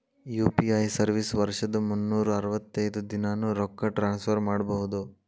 UPI service ವರ್ಷದ್ ಮುನ್ನೂರ್ ಅರವತ್ತೈದ ದಿನಾನೂ ರೊಕ್ಕ ಟ್ರಾನ್ಸ್ಫರ್ ಮಾಡ್ಬಹುದು